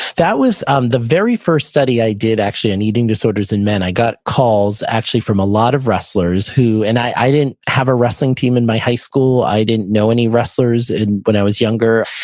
that was um the very first study i did actually on eating disorders in men. i got calls actually from a lot of wrestlers who, and i didn't have a wrestling team in my high school. i didn't know any wrestlers when but i was younger.